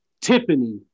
Tiffany